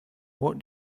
what